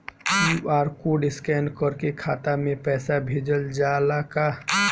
QR code scan करके खाता में पैसा भेजल जाला का?